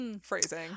Phrasing